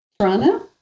Toronto